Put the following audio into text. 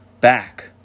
back